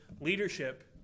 leadership